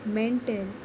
mental